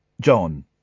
John